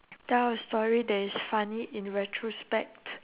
tell a story that is funny in retrospect